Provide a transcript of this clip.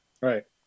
Right